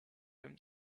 him